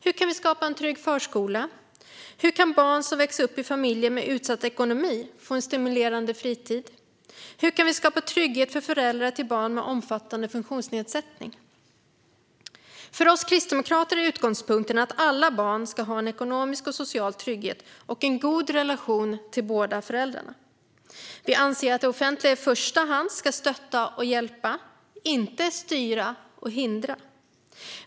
Hur kan vi skapa en trygg förskola? Hur kan barn som växer upp i familjer med utsatt ekonomi få en stimulerande fritid? Hur kan vi skapa trygghet för föräldrar till barn med omfattande funktionsnedsättning? För oss kristdemokrater är utgångspunkten att alla barn ska ha en ekonomisk och social trygghet och en god relation till båda föräldrarna. Vi anser att det offentliga i första hand ska stötta och hjälpa, inte styra och hindra.